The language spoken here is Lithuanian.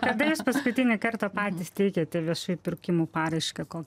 kada jūs paskutinį kartą patys teikėt viešųjų pirkimų paraišką kol